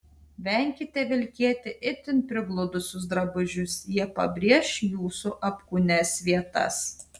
venkite vilkėti itin prigludusius drabužius jie pabrėš jūsų apkūnias vietas